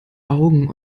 augen